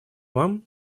вам